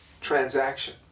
transaction